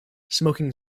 smoking